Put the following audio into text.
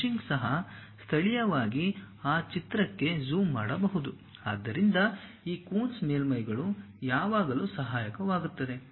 meshing ಸಹ ಸ್ಥಳೀಯವಾಗಿ ಆ ಚಿತ್ರಕ್ಕೆ ಜೂಮ್ ಮಾಡಬಹುದು ಆದ್ದರಿಂದ ಈ ಕೂನ್ಸ್ ಮೇಲ್ಮೈಗಳು ಯಾವಾಗಲೂ ಸಹಾಯಕವಾಗುತ್ತವೆ